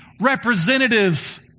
representatives